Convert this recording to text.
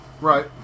Right